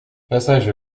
passage